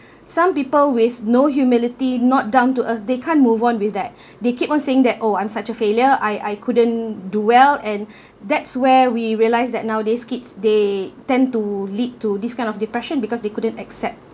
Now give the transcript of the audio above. some people with no humility knocked down to earth they can't move on with that they keep on saying that oh I'm such a failure I I couldn't do well and that's where we realised that nowadays kids they tend to lead to this kind of depression because they couldn't accept